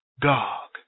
Gog